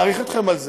אני מעריך אתכם על זה.